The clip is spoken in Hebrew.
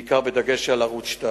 בעיקר בדגש לערוץ-2,